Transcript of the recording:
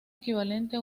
equivalente